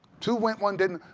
two went, one didn't.